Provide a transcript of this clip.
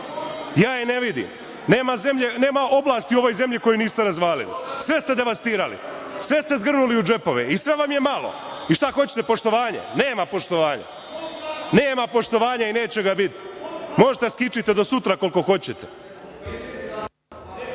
Ja je ne vidim. Nema oblasti u ovoj zemlji koju niste razvalili, sve ste devastirali, sve ste zgrnuli u džepove i sve vam je malo i šta hoćete, poštovanje? Nema poštovanja i neće ga biti. Možete da skičite do sutra koliko hoćete.